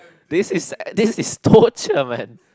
this is this is torture man